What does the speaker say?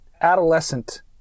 adolescent